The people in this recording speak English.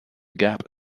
gap